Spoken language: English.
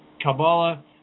Kabbalah